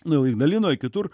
nu ignalinoj kitur